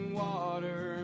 water